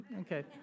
okay